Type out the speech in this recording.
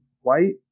white